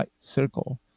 circle